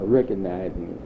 recognizing